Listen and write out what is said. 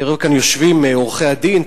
יושבים כאן עורכי-הדין,